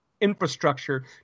infrastructure